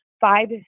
five